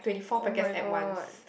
[oh]-my-god